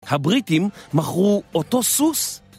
הבריטים מכרו אותו סוס?